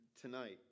tonight